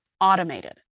automated